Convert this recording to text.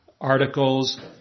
articles